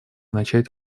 начать